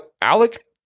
Alec